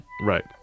Right